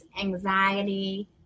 anxiety